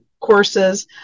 courses